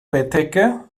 bettdecke